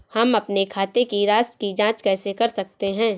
हम अपने खाते की राशि की जाँच कैसे कर सकते हैं?